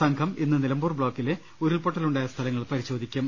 സംഘം ഇന്ന് നിലമ്പൂർ ബ്ലോക്കിലെ ഉരുൾപൊട്ടലുണ്ടായ സ്ഥലങ്ങൾ പരി ശോധിക്കും